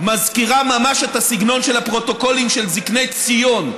מזכירה ממש את הסגנון של הפרוטוקולים של זקני ציון.